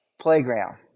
playground